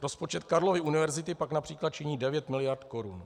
Rozpočet Karlovy univerzity pak například činí 9 mld. korun.